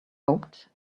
hoped